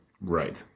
Right